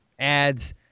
ads